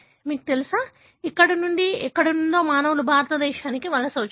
మీకు తెలుసా ఇక్కడ నుండి ఎక్కడి నుంచో మానవులు భారతదేశానికి వలస వచ్చారు